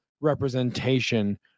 representation